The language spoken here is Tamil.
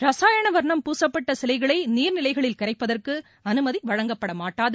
ரசாயன வர்ணம் பூசப்பட்ட சிலைகளை நீர்நிலைகளில் கரைப்பதற்கு அனுமதி வழங்கப்பட மாட்டாது